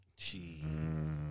Jeez